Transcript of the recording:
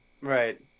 Right